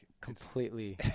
Completely